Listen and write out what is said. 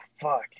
Fuck